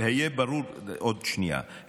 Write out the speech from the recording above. עוד שנייה.